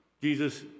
Jesus